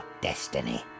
destiny